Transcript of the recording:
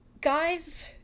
Guys